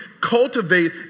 cultivate